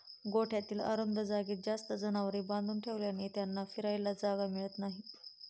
गोठ्यातील अरुंद जागेत जास्त जनावरे बांधून ठेवल्याने त्यांना फिरायला जागा मिळत नाही